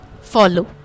follow